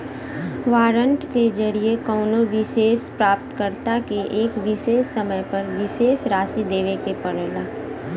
warrant के जरिये कउनो विशेष प्राप्तकर्ता के एक विशेष समय पर विशेष राशि देवे के पड़ला